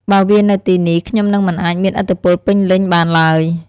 បើវានៅទីនេះ ខ្ញុំនឹងមិនអាចមានឥទ្ធិពលពេញលេញបានឡើយ!